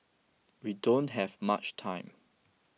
we don't have much time